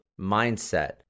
mindset